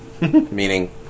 Meaning